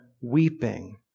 weeping